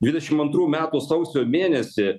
dvidešim antrų metų sausio mėnesį